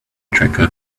tracker